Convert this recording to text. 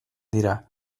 dira